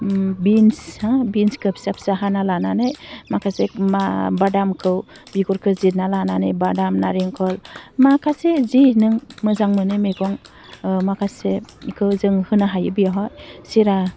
beans हो बिन्सखौ फिसा फिसा हाना लानानै माखासे मा बादामखौ बिगुरखौ जिरना लानानै बादाम नारेंखल माखासे जि नों मोजां मोनो मेगं माखासे जों होनो हायो बेवहाय सिरा